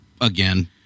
again